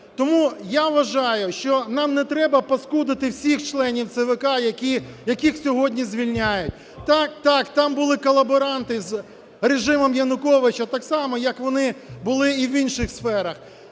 Тому, я вважаю, що нам е треба паскудити всіх членів ЦВК, яких сьогодні звільняють. Так, там були колаборанти з режимом Януковича, так само, як вони були і в інших сферах.